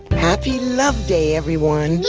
happy love day, everyone.